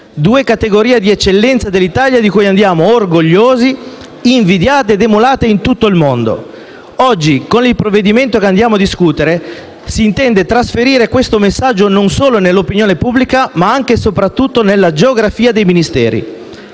due categorie di eccellenza dell'Italia di cui andiamo orgogliosi, invidiate ed emulate in tutto il mondo. Oggi, con il provvedimento che andiamo a discutere, si intende trasferire questo messaggio non solo all'opinione pubblica, ma anche e soprattutto nella geografia dei Ministeri.